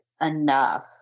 enough